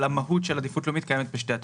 המהות של עדיפות לאומית קיימת בשתי התוכניות.